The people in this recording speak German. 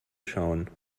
schauen